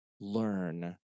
learn